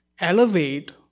elevate